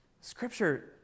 Scripture